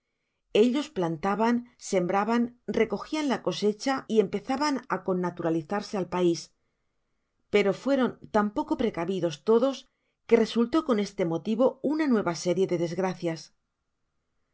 ellos plantaban sembraban recogían la cosecha y empezaban á connaturalizarse al pais pero fueron tan poco precavidos todos que resultó con este metivo una nueva serie de desgracias